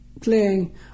playing